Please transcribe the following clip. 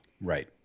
Right